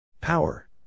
Power